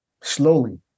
Slowly